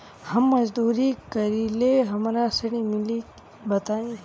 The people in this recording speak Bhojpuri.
हम मजदूरी करीले हमरा ऋण मिली बताई?